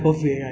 uh